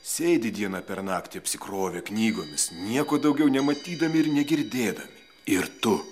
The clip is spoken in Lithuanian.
sėdi dieną per naktį apsikrovę knygomis nieko daugiau nematydami ir negirdėdami ir tu